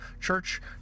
church